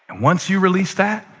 once you release that,